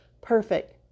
perfect